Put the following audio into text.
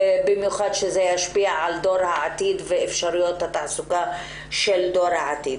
במיוחד שזה ישפיע על דור העתיד ועל אפשרויות התעסוקה של דור העתיד.